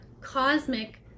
cosmic